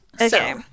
okay